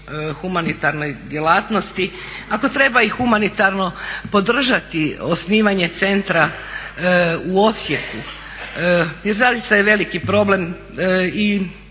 humanitarnoj djelatnosti, ako treba i humanitarno podržati osnivanje centra u Osijeku jer zaista je veliki problem i